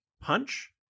punch